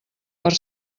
per